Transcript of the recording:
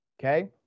okay